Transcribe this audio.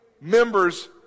members